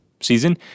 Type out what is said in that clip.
season